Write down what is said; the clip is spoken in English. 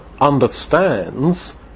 understands